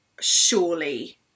surely